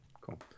cool